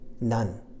None